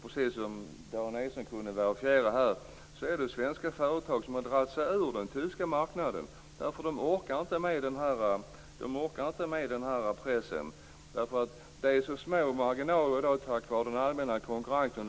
Precis som Dan Ericsson kunde verifiera har svenska företag dragit sig ur den tyska marknaden, därför att de orkar inte med den här pressen. Det är så små marginaler i dag på grund av den allmänna konkurrensen.